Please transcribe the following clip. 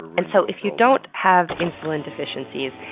and so if you don't have insulin deficiencies,